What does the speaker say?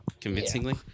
convincingly